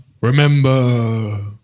remember